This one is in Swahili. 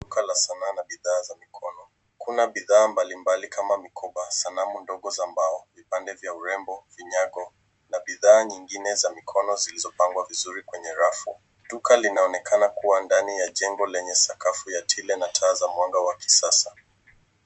Duka la sanaa na bidhaa za mikono. Kuna bidhaa mbalimbali kama mikoba, sanamu ndogo za mbao, vipande vya urembo vinyago na bidhaa nyingine za mikono zilizopangwa vizuri kwenye rafu. Duka linaonekana kuwa ndani ya jengo lenye sakafu ya tile na taa za mwanga wa kisasa.